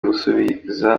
gusubiza